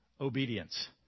obedience